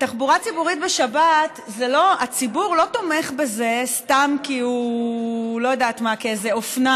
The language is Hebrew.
תחבורה ציבורית בשבת הציבור לא תומך בזה סתם כאיזו אופנה,